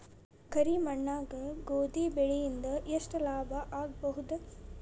ಕರಿ ಮಣ್ಣಾಗ ಗೋಧಿ ಬೆಳಿ ಇಂದ ಎಷ್ಟ ಲಾಭ ಆಗಬಹುದ?